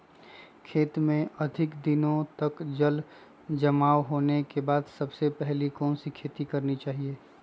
खेत में अधिक दिनों तक जल जमाओ होने के बाद सबसे पहली कौन सी खेती करनी चाहिए?